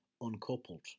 uncoupled